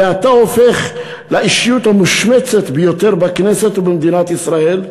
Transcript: ואתה הופך לאישיות המושמצת ביותר בכנסת ובמדינת ישראל.